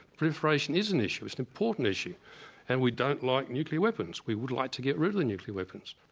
proliferation is an issue, it's an important issue and we don't like nuclear weapons. we would like to get rid of the nuclear weapons.